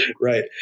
Right